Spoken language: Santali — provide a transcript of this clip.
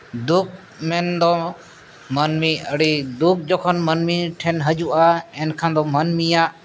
ᱫᱩᱠ ᱢᱮᱱᱫᱚ ᱢᱟᱱᱢᱤ ᱟᱹᱰᱤ ᱫᱩᱠ ᱡᱚᱠᱷᱚᱱ ᱢᱟᱹᱱᱢᱤ ᱴᱷᱮᱱ ᱦᱤᱡᱩᱜᱼᱟ ᱮᱱᱠᱷᱟᱱ ᱫᱚ ᱢᱟᱹᱱᱢᱤᱭᱟᱜ